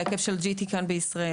להיקף של GT כאן בישראל.